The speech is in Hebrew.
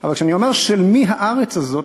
אבל כשאני אומר: של מי הארץ הזאת,